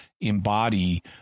embody